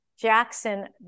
Jackson